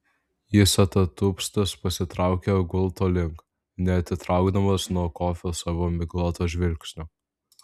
jis atatupstas pasitraukė gulto link neatitraukdamas nuo kofio savo migloto žvilgsnio